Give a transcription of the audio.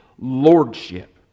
lordship